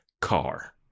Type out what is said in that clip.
car